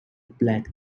black